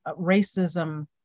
racism